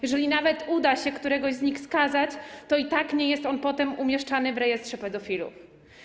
Jeżeli nawet uda się któregoś z nich skazać, to i tak nie jest on potem umieszczany w rejestrze pedofilów.